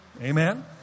Amen